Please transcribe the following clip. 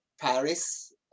Paris